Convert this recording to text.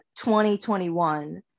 2021